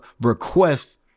requests